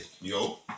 yo